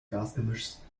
gasgemischs